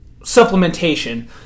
supplementation